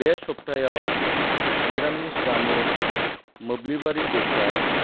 बे सप्तायाव निरामिस जामुं मोब्लिबारि बेसाद